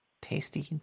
Tasty